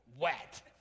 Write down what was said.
wet